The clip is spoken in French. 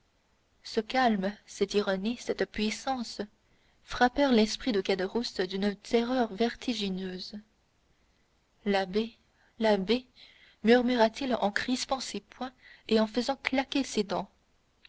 ce calme cette ironie cette puissance frappèrent l'esprit de caderousse d'une terreur vertigineuse l'abbé l'abbé murmura-t-il en crispant ses poings et en faisant claquer ses dents